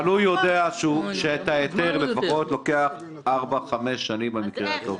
אבל הוא יודע שאת ההיתר לפחות לוקח ארבע-חמש שנים במקרה הטוב.